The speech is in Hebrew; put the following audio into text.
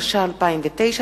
התש"ע 2009,